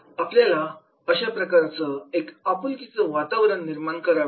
आपल्याला अशा प्रकारचं एक आपुलकीचं वातावरण निर्माण करावे लागते